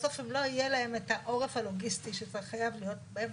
בסוף אם לא יהיה להם את העורף הלוגיסטי שחייב להיות בהם,